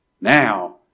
now